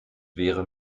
wäre